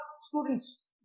students